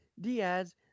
Diaz